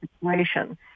situation